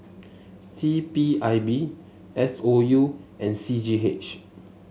C P I B S O U and C G H